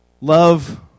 love